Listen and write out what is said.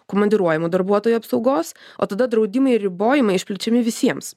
komandiruojamų darbuotojų apsaugos o tada draudimai ir ribojimai išplečiami visiems